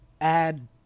add